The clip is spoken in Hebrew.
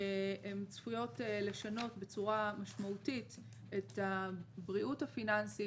הן צפויות לשנות בצורה משמעותית את הבריאות הפיננסית